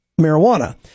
marijuana